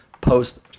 post